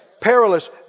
Perilous